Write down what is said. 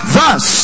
Thus